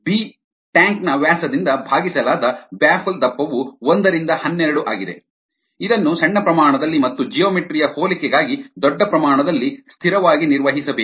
B tank ನ ವ್ಯಾಸದಿಂದ ಭಾಗಿಸಲಾದ ಬ್ಯಾಫಲ್ ದಪ್ಪವು ಒಂದರಿಂದ ಹನ್ನೆರಡು ಆಗಿದೆ ಇದನ್ನು ಸಣ್ಣ ಪ್ರಮಾಣದಲ್ಲಿ ಮತ್ತು ಜಿಯೋಮೆಟ್ರಿ ಯ ಹೋಲಿಕೆಗಾಗಿ ದೊಡ್ಡ ಪ್ರಮಾಣದಲ್ಲಿ ಸ್ಥಿರವಾಗಿ ನಿರ್ವಹಿಸಬೇಕು